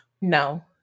No